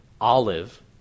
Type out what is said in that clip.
olive